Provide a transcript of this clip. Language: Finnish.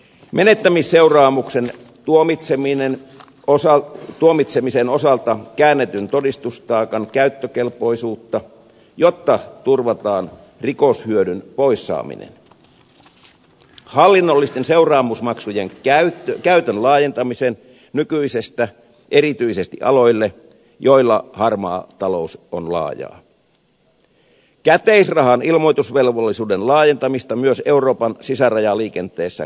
menettämisseuraamuksen tuomitsemisen osalta käännetyn todistustaakan käyttökelpoisuus jotta turvataan rikoshyödyn poissaaminen hallinnollisten seuraamusmaksujen käytön laajentaminen nykyisestä erityisesti aloille joilla harmaa talous on laajaa käteisrahan ilmoitusvelvollisuuden laajentaminen myös euroopan sisärajaliikennettä koskevaksi